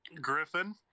Griffin